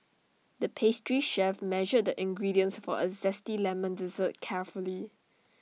the pastry chef measured the ingredients for A Zesty Lemon Dessert carefully